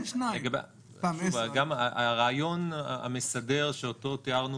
הרעיון המסדר שאותו תיארנו,